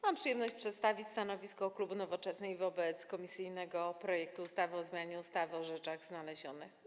Mam przyjemność przedstawić stanowisko klubu Nowoczesnej wobec komisyjnego projektu ustawy o zmianie ustawy o rzeczach znalezionych.